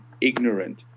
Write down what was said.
ignorant